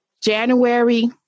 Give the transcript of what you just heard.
January